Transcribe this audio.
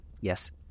Yes